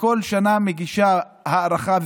וכל שנה מגישה הארכה,